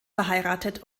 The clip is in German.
verheiratet